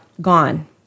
Gone